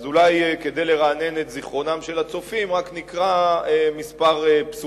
אולי כדי לרענן את זיכרונם של הצופים רק נקרא כמה פסוקים: